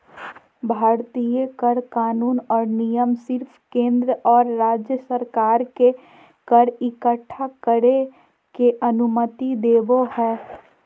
भारतीय कर कानून और नियम सिर्फ केंद्र और राज्य सरकार के कर इक्कठा करे के अनुमति देवो हय